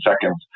seconds